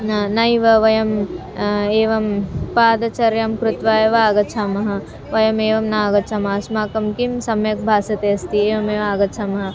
न नैव वयम् एवं पादचर्यां कृत्वा एव आगच्छामः वयमेवं न आगच्छामः अस्माकं किं सम्यक् भासते अस्ति एवमेव आगच्छामः